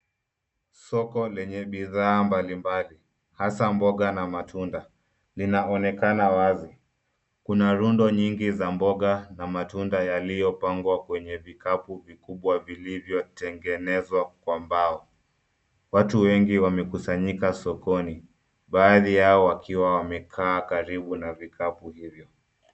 Soko lenye bidhaa mbalimbali, hasa mboga na matunda linaonekana wazi. Kuna rundo nyingi za mboga na matunda yaliyopangwa kwenye vikapu vikubwa vilivyotengenezwa kwa mbao. Watu wengi wamekusanyika sokoni, baadhi yao wakiwa wamekaa karibu na vikapu hivi.